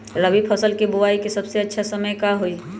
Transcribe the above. रबी फसल के बुआई के सबसे अच्छा समय का हई?